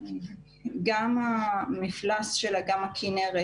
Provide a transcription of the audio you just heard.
גם המפלס של אגם הכנרת,